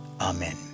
Amen